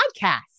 podcast